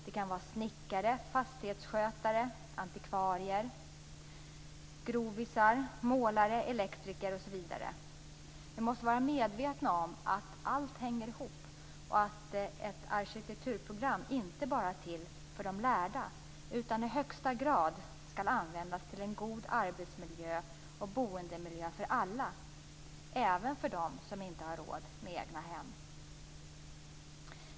Det kan vara snickare, fastighetsskötare, antikvarier, grovarbetare, målare, elektriker osv. Vi måste vara medvetna om att allt hänger ihop och att ett arkitekturprogram inte bara är till för de lärda utan i högsta grad skall användas för en god arbetsmiljö och boendemiljö för alla, även för dem som inte har råd med egnahem.